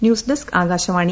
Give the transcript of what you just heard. news desk Akashvani